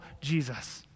Jesus